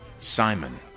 Simon